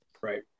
Right